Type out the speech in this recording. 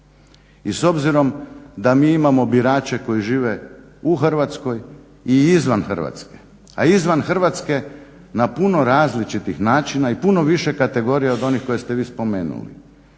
I s obzirom da mi imamo birače koji žive u Hrvatskoj i izvan Hrvatske. A izvan Hrvatske na puno različitih načina i puno više kategorija od onih koje ste vi spomenuli.